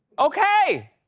okay!